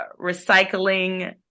recycling